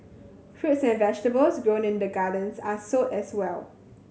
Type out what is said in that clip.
fruits and vegetables grown in the gardens are sold as well